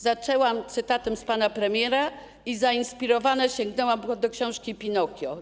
Zaczęłam cytatem z pana premiera i zainspirowana sięgnęłam do książki „Pinokio”